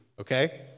okay